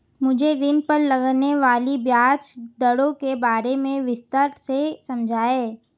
मुझे ऋण पर लगने वाली ब्याज दरों के बारे में विस्तार से समझाएं